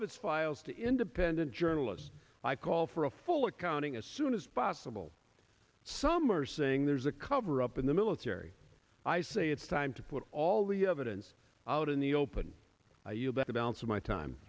of its files to independent journalists i call for a full accounting as soon as possible some are saying there's a cover up in the military i say it's time to put all the evidence out in the open you better balance of my time